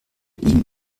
ihm